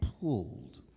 pulled